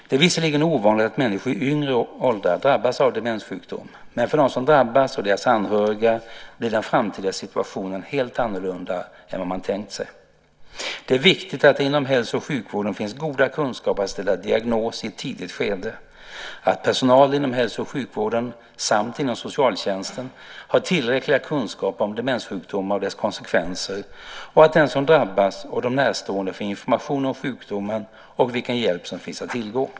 Det är visserligen ovanligt att människor i yngre åldrar drabbas av demenssjukdom, men för dem som drabbas och deras anhöriga blir den framtida situationen helt annorlunda än vad man tänkt sig. Det är viktigt att det inom hälso och sjukvården finns goda kunskaper att ställa diagnos i ett tidigt skede, att personal inom hälso och sjukvården samt inom socialtjänsten har tillräckliga kunskaper om demenssjukdomar och deras konsekvenser och att den som drabbas och de närstående får information om sjukdomen och vilken hjälp som finns att tillgå.